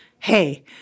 Hey